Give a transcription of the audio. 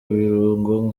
ibirungo